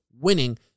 winning